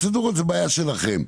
פרוצדורות זו בעיה שלכם.